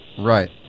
Right